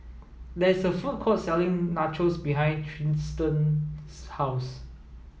there is a food court selling Nachos behind Tristian's house